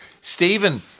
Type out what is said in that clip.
Stephen